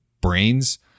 brains